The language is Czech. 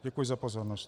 Děkuji za pozornost.